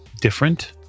different